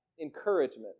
encouragement